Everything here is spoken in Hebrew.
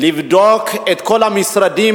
לבדוק את כל המשרדים,